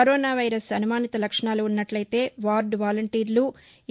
corona virus అనుమానిత లక్షణాలు ఉన్నట్లయితే వార్దు వాలెంటీర్లు ఎ